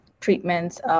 treatments